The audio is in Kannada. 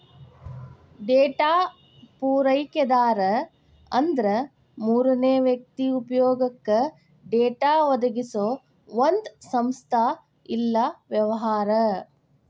ಡೇಟಾ ಪೂರೈಕೆದಾರ ಅಂದ್ರ ಮೂರನೇ ವ್ಯಕ್ತಿ ಉಪಯೊಗಕ್ಕ ಡೇಟಾ ಒದಗಿಸೊ ಒಂದ್ ಸಂಸ್ಥಾ ಇಲ್ಲಾ ವ್ಯವಹಾರ